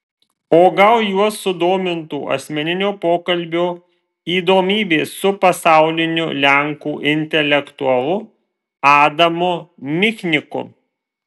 o gal juos sudomintų asmeninio pokalbio įdomybės su pasauliniu lenkų intelektualu adamu michniku